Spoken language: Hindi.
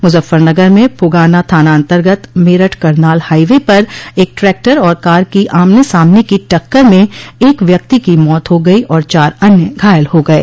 मुजफ्फर नगर में फुगाना थाना अन्तर्गत मेरठ करनाल हाईवे पर एक ट्रैक्टर और कार की आमने सामने की टक्कर में एक व्यक्ति की मौत हो गई और चार अन्य घायल हो गये